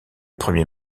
premier